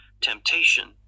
temptation